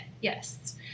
Yes